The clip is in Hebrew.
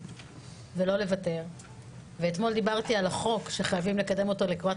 ולא לוותר ואתמול דיברתי על החוק שחייבים לקדם אותו לקראת